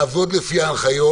לעבוד לפי ההנחיות.